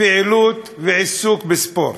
פעילות ועיסוק בספורט,